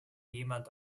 jemand